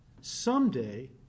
someday